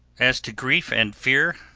as to grief and fear,